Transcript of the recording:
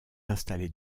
installée